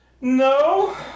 No